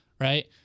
right